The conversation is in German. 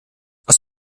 aus